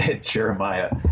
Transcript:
Jeremiah